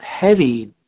heavy